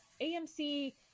AMC